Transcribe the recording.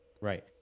Right